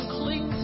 cling